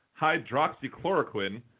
hydroxychloroquine